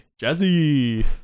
Jazzy